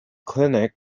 clinic